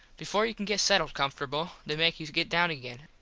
before you can get settled comfortable they make you get down again.